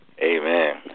Amen